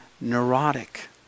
neurotic